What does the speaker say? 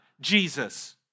Jesus